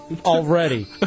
Already